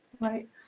Right